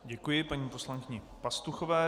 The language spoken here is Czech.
Děkuji paní poslankyni Pastuchové.